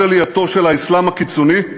מאז עלייתו של האסלאם הקיצוני,